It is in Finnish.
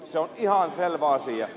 se on ihan selvä asia